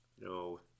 No